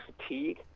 fatigue